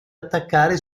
attaccare